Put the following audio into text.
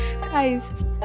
guys